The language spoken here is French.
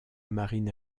marine